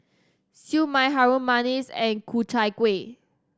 Siew Mai Harum Manis and Ku Chai Kuih